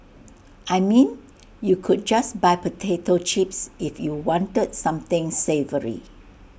I mean you could just buy potato chips if you wanted something savoury